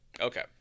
okay